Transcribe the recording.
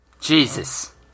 Jesus